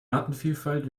artenvielfalt